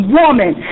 woman